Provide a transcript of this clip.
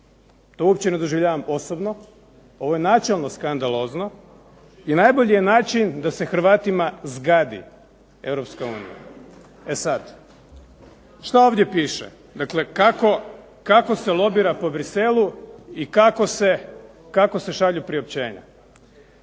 to uopće ne doživljavam osobno, ovo je načelno skandalozno i najbolji je način da se Hrvatima zgadi EU. E sad, što ovdje piše? Dakle, kako se lobira po Bruxellesu i kako se šalju priopćenja.